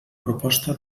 proposta